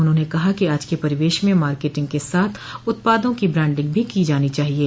उन्होंने कहा कि आज के परिवेश में मार्केटिंग के साथ उत्पादों की ब्रांडिंग भी की जानी चाहिये